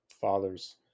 father's